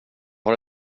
har